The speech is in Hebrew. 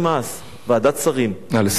ועדת שרים יש לכל כך הרבה דברים.